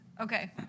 Okay